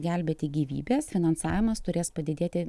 gelbėti gyvybes finansavimas turės padidėti